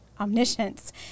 omniscience